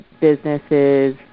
businesses